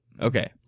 Okay